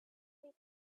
tell